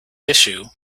issue